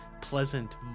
pleasant